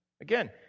Again